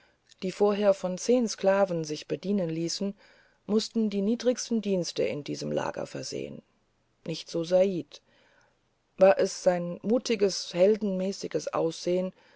die vorher von zehen sklaven sich bedienen ließen mußten die niedrigsten dienste in diesem lager versehen nicht so said war es sein mutiges heldenmäßiges aussehen